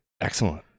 excellent